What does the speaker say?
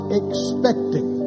expecting